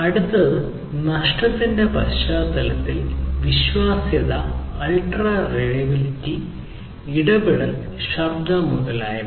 അടുത്തത് നഷ്ടത്തിന്റെ പശ്ചാത്തലത്തിൽ വിശ്വാസ്യത അൾട്രാ റിലയബിലിറ്റി ഇടപെടൽ ശബ്ദം മുതലായവ